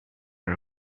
are